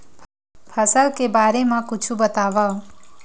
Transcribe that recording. फसल के बारे मा कुछु बतावव